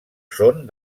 són